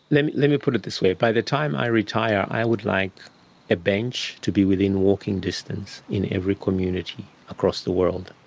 let me let me put it this way, by the time i retire i would like a bench to be within walking distance in every community across the world.